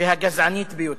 והגזענית ביותר.